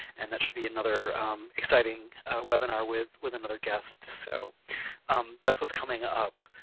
and that should be another exciting webinar with with another guest, so that's what's coming up.